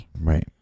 Right